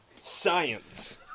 Science